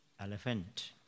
elephant